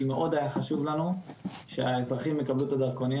כי יש מלא בעיות,